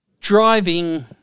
driving